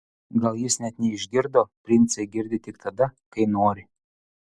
gal jis net neišgirdo princai girdi tik tada kai nori